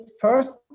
first